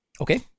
okay